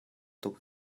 tuk